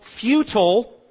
futile